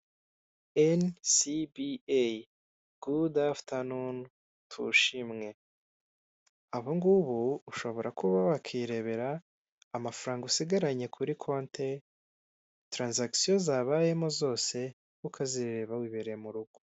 Vayibu riyo esiteti, aba ngaba bagufasha kuba wabona ibibanza byiza biri ahantu heza ukaba, wabona inzu zo kuba wagura mu gihe uzikeneye, kandi zifite ibyangombwa bitaguhenze kandi bya nyabyo byizewe.